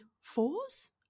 fours